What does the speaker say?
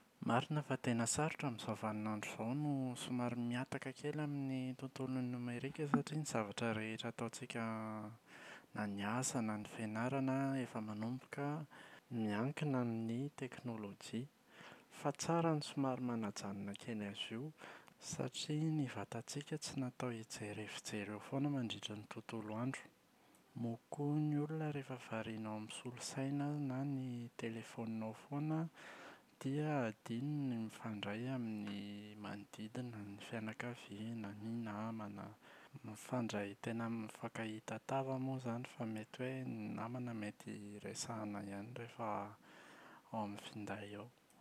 Marina fa tena sarotra amin’izao vanin’andro izao no somary mihataka kely amin’ny tontolon’ny nomerika satria ny zavatra rehetra ataontsika na ny asa na ny fianarana efa manomboka miankina amin’ny teknolojia. Fa tsara ny somary manajanona kely azy io satria ny vatantsika tsy natao hijery efijery eo foana mandritra ny tontolo andro. Moa koa ny olona rehefa variana ao amin’ny solosaina na ny telefaonina ao foana, dia adino ny mifandray amin’ny manodidina: ny fianakaviana, ny namana. Mifandray tena mifankahita tava moa izany fa mety hoe ny namana mety resahana ihany rehefa ao amin’ny finday ao.